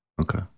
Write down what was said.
okay